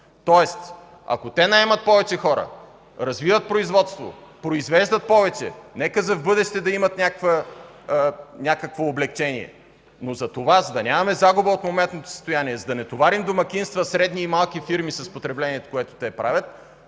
Тоест ако те наемат повече хора, развиват производство, произвеждат повече, нека в бъдеще да имат някакво облекчение. Но за да нямаме загуба в моментното състояние, за да не товарим домакинства, средни и малки фирми с потреблението, което те правят,